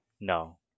No